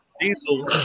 Diesel